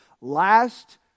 Last